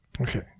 Okay